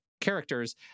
characters